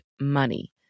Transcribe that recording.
Money